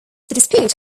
dispute